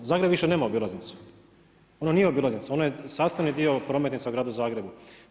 Zagreb više nema obilaznicu, ono nije obilaznica, ono je sastavni dio prometnica u gradu Zagrebu.